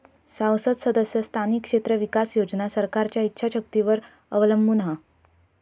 सांसद सदस्य स्थानिक क्षेत्र विकास योजना सरकारच्या ईच्छा शक्तीवर अवलंबून हा